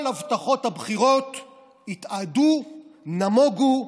כל הבטחות הבחירות התאדו, נמוגו.